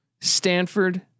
Stanford